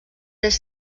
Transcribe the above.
tres